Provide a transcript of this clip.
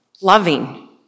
loving